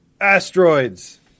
Asteroids